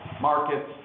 markets